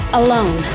alone